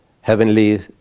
heavenly